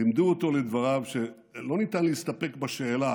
לימדו אותו, לדבריו, שלא ניתן להסתפק בשאלה